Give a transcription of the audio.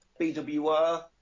BWR